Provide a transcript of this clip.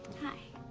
hi.